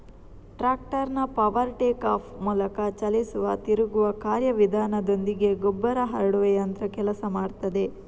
ಟ್ರಾಕ್ಟರ್ನ power take off ಮೂಲಕ ಚಲಿಸುವ ತಿರುಗುವ ಕಾರ್ಯ ವಿಧಾನದೊಂದಿಗೆ ಗೊಬ್ಬರ ಹರಡುವ ಯಂತ್ರ ಕೆಲಸ ಮಾಡ್ತದೆ